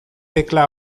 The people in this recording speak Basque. tekla